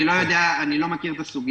צוותים רפואיים, אני לא מכיר את הסוגיה.